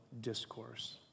discourse